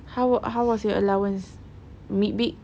how wa~ how was your allowance mid week